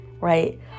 right